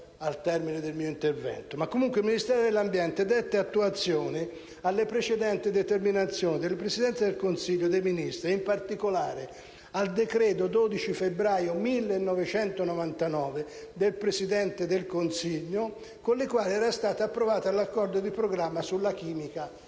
correttamente il relatore il Ministero dell'ambiente diede attuazione alle precedenti determinazioni della Presidenza del Consiglio dei ministri (in particolare, al decreto del 12 febbraio 1999 del Presidente del Consiglio) con le quali era stato approvato l'accordo di programma sulla chimica